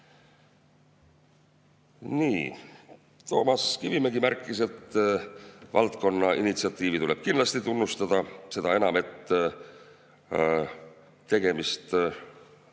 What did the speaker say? päev. Toomas Kivimägi märkis, et valdkonna initsiatiivi tuleb kindlasti tunnustada, seda enam, et tegemist ei